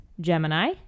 Gemini